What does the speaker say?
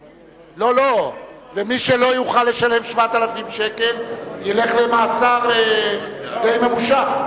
ומי שלא יוכל לשלם 7,000 שקל ילך למאסר די ממושך.